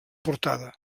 portada